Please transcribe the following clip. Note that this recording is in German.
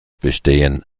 bestehen